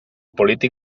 polític